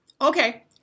Okay